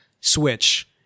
switch